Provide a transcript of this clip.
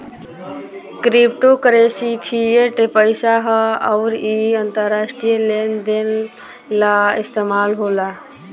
crypto currency fiat पईसा ह अउर इ अंतरराष्ट्रीय लेन देन ला इस्तमाल होला